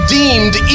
deemed